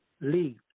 leave